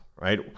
right